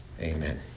Amen